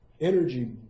energy